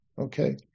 Okay